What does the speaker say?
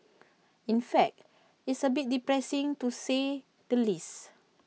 in fact it's A bit depressing to say the least